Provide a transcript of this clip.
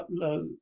upload